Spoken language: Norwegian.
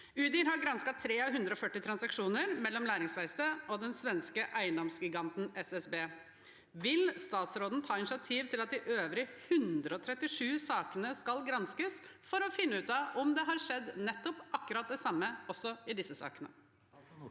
Udir har gransket 3 av 140 transaksjoner mellom Læringsverkstedet og den svenske eiendomsgiganten SBB. Vil statsråden ta initiativ til at de øvrige 137 sakene skal granskes for å finne ut av om det har skjedd akkurat det samme også i disse sakene?